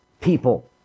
people